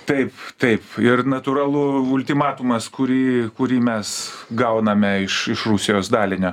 taip taip ir natūralu ultimatumas kurį kurį mes gauname iš iš rusijos dalinio